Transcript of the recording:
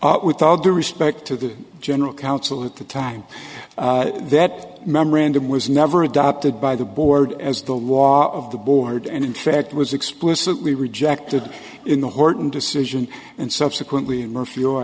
up with all due respect to the general counsel at the time that memorandum was never adopted by the board as the law of the board and in fact was explicitly rejected in the horten decision and subsequently in morph